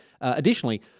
Additionally